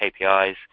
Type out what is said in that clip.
KPIs